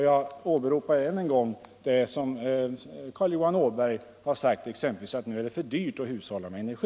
Jag åberopar än en gång det som Carl Johan Åberg har sagt, t.ex. att det är för dyrt att hushålla med energi.